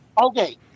Okay